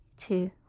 two